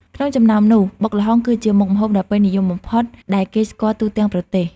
ក្នុងចំណោមនោះ បុកល្ហុង គឺជាមុខម្ហូបដ៏ពេញនិយមបំផុតដែលគេស្គាល់ទូទាំងប្រទេស។